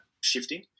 shifting